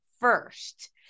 first